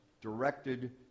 directed